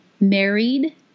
married